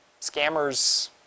scammers